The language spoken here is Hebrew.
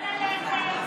כלכלה.